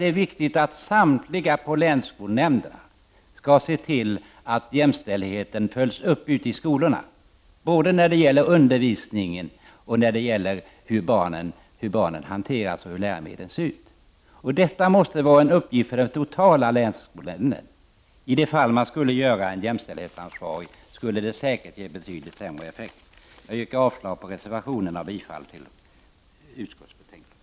Det är viktigt att samtliga på länsskolnämnderna skall se till att jämställdheten följs upp ute i skolorna, både när det gäller undervisning och hur barnen hanteras och läromedlen ser ut. Detta måste vara en uppgift för hela länsskolnämnden. I det fall man skulle göra någon jämställdhetsansvarig, skulle det säkert ge betydligt sämre effekt. Jag yrkar avslag på reservationerna och bifall till utskottets hemställan.